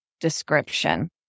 description